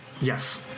Yes